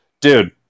dude